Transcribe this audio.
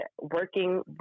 working